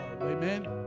Amen